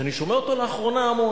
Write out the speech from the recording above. שאני שומע לאחרונה המון: